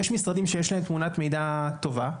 יש משרדים שיש להם תמונת מידע טובה,